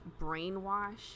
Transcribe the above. brainwash